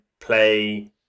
play